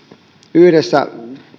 yhdessä